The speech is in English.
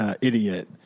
idiot